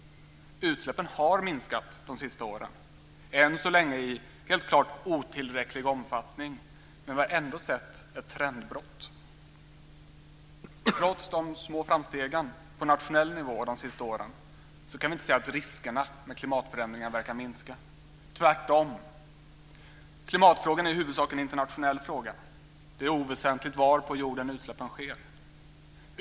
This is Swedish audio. Utsläppen har minskat de senaste åren. Än så länge sker det i otillräcklig omfattning, men vi har ändå sett ett trendbrott. Trots de små framstegen på nationell nivå de senaste åren kan vi inte säga att riskerna med klimatförändringar verkar minska - tvärtom. Klimatfrågan är i huvudsak en internationell fråga. Det är oväsentligt var på jorden utsläppen sker.